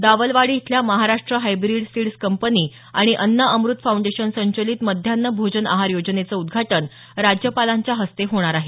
दावलवाडी इथल्या Maharashtra hybrid seeds company आणि Anna Amrit foundation संचलित मध्यान्ह भोजन आहार योजनेचं उद्घाटन राज्यपालांच्या हस्ते होणार आहे